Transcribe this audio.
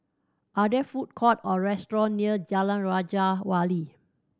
are there food court or restaurant near Jalan Raja Wali